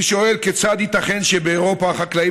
אני שואל כיצד ייתכן שבאירופה החקלאים